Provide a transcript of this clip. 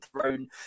throne